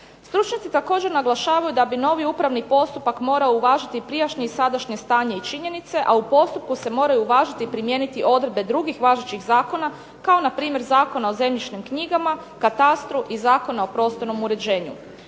Stručnjaci također naglašavaju da bi novi upravni postupak morao uvažiti prijašnje i sadašnje stanje i činjenice, a u postupku se moraju uvažiti i primijeniti odredbe drugih važećih zakona kao npr. Zakona o zemljišnim knjigama, katastru i Zakona o prostornom uređenju.